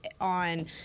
on